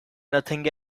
nothing